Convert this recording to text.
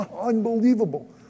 Unbelievable